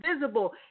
visible